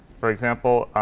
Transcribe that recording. for example,